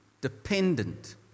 dependent